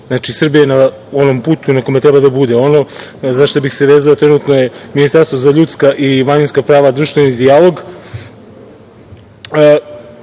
Znači, Srbija je na onom putu na kome treba da bude. Ono za šta bih se vezao trenutno je Ministarstvo za ljudska i manjinska prava i društveni dijalog,